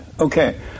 Okay